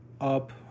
up